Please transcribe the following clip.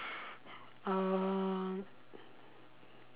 um